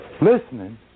listening